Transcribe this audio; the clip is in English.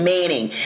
Manning